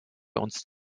uns